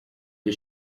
the